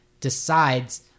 decides